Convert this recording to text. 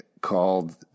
called